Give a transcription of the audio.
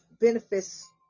benefits